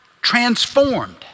transformed